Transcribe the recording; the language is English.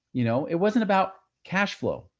you know, it, wasn't about cash flow.